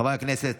חברי הכנסת,